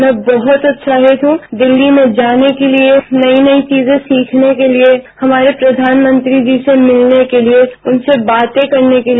मैं बहुत उत्साहित हूं दिल्ली में जाने के लिए नई नई चीजें सीखने के लिए हमारे प्रधानमंत्री जी से मिलने के लिए उनसे बातें करने के लिए